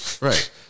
right